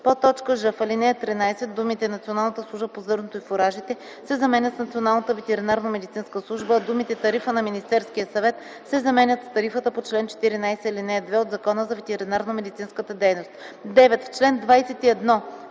ж) в ал. 13 думите „Националната служба по зърното и фуражите” се заменят с „Националната ветеринарномедицинска служба”, а думите „тарифа на Министерския съвет” се заменят с „тарифата по чл. 14, ал. 2 от Закона за ветеринарномедицинската дейност”. 9. В чл. 21